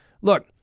Look